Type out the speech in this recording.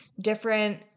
different